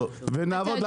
ונעבוד.